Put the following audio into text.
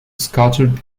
scattered